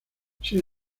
sin